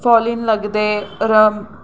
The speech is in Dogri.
फालो इन लगदे रम